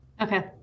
Okay